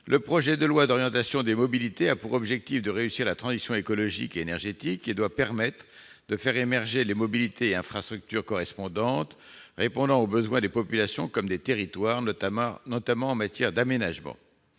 Le projet de loi d'orientation des mobilités a pour objet la réussite de la transition écologique et énergétique et doit permettre de faire émerger les mobilités et infrastructures correspondantes, répondant aux besoins des populations comme des territoires, notamment en matière d'aménagement.